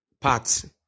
parts